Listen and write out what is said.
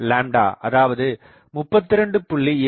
0094 அதாவது 32